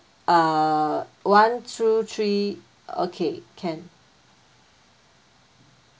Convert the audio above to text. uh one two three okay can